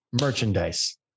merchandise